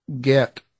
get